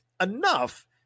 enough